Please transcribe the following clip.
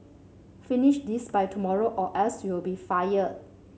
finish this by tomorrow or else you'll be fired